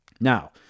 Now